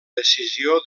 decisió